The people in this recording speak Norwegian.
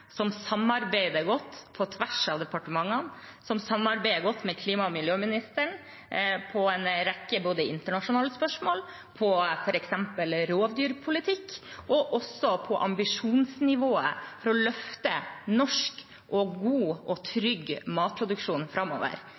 som samarbeider godt på tvers av departementene. Jeg samarbeider godt med klima- og miljøministeren om en rekke internasjonale spørsmål, om rovdyrpolitikk, f.eks., og også om ambisjonsnivået for å løfte norsk god og trygg matproduksjon framover.